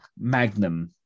Magnum